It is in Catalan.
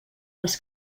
les